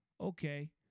okay